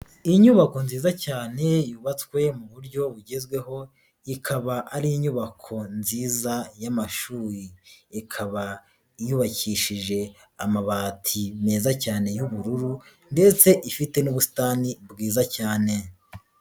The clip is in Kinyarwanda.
Inyubako nziza cyane yubatswe mu buryo bugezweho, ikaba ari inyubako nziza y'amashuri, ikaba yubakishije amabati meza cyane y'ubururu ndetse ifite n'ubusitani bwiza cyane.